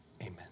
amen